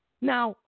Now